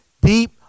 deep